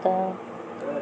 आता